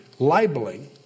libeling